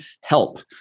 help